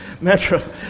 Metro